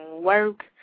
work